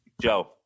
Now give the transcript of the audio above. Joe